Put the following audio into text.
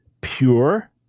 pure